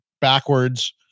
backwards